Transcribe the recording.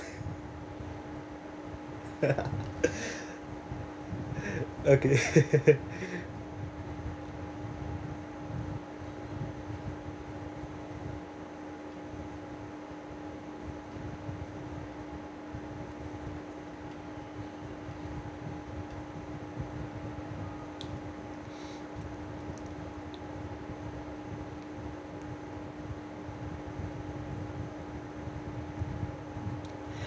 okay